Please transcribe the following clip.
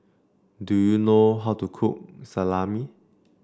do you know how to cook Salami